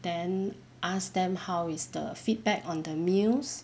then ask them how is the feedback on the meals